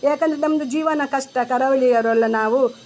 ಯಾಕೆಂದರೆ ನಮ್ಮದು ಜೀವನ ಕಷ್ಟ ಕರಾವಳಿಯವರಲ್ಲ ನಾವು